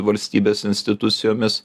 valstybės institucijomis